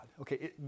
Okay